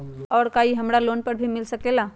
और का इ हमरा लोन पर भी मिल सकेला?